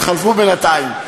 התחלפו בינתיים,